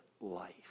life